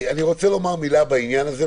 אני רוצה לומר מילה בעניין הזה,